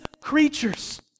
creatures